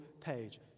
page